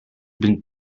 been